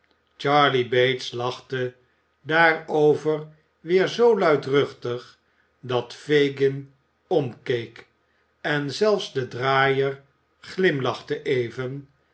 charley bates lachte daarover weer zoo luidruchtig dat fagin omkeek en zelfs de draaier glimlachte even